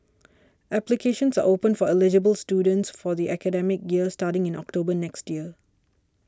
applications are open for eligible students for the academic year starting in October next year